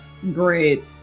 Great